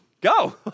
Go